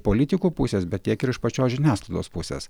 politikų pusės bet tiek ir iš pačios žiniasklaidos pusės